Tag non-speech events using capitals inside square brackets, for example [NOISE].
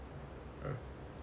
[NOISE]